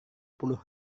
puluh